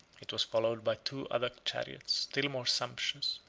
it was followed by two other chariots, still more sumptuous,